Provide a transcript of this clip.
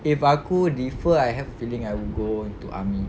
if aku defer I have a feeling I would go into army